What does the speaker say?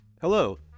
Hello